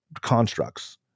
constructs